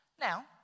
Now